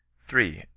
three.